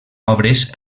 obres